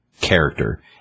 character